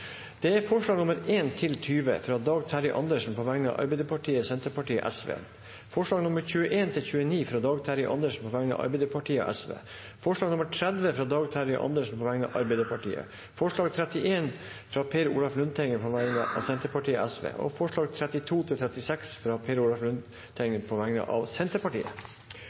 alt 36 forslag. Det er forslagene nr. 1–20, fra Dag Terje Andersen på vegne av Arbeiderpartiet, Senterpartiet og Sosialistisk Venstreparti forslagene nr. 21–29, fra Dag Terje Andersen på vegne av Arbeiderpartiet og Sosialistisk Venstreparti forslag nr. 30, fra Dag Terje Andersen på vegne av Arbeiderpartiet forslag nr. 31, fra Per Olaf Lundteigen på vegne av Senterpartiet og Sosialistisk Venstreparti forslagene nr. 32–36, fra Per Olaf Lundteigen på vegne av Senterpartiet